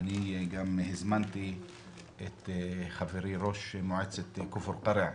הזמנתי את חברי ראש מועצת כפר קרע,